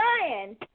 Ryan